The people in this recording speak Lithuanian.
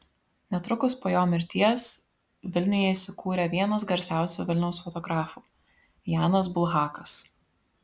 netrukus po jo mirties vilniuje įsikūrė vienas garsiausių vilniaus fotografų janas bulhakas